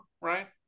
right